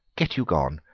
get you gone.